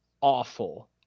awful